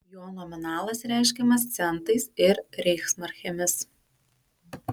jo nominalas reiškiamas centais ir reichsmarkėmis